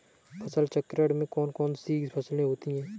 फसल चक्रण में कौन कौन सी फसलें होती हैं?